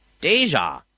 Deja